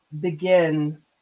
begin